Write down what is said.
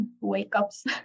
wake-ups